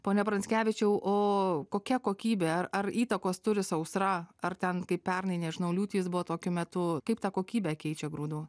pone pranckevičiau o kokia kokybė ar ar įtakos turi sausra ar ten kaip pernai nežinau liūtys buvo tokiu metu kaip tą kokybę keičia grūdų